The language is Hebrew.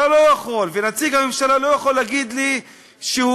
אתה לא יכול ונציג הממשלה לא יכול להגיד לי שהוקם